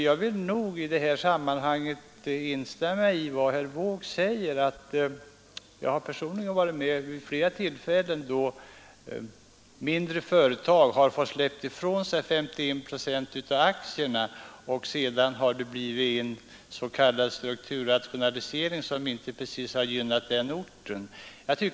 Jag vill nog i detta sammanhang instämma i vad herr W säger. Jag har personligen varit med vid flera tillfällen då mindre företag har fått släppa ifrån sig 51 procent av aktierna, och då det sedan blivit en strukturrationalisering som inte precis gynnat den orten.